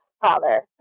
father